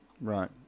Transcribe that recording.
Right